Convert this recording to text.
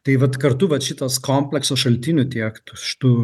tai vat kartu vat šitas kompleksas šaltinių tiek tų šitų